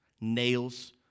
nails